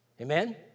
Amen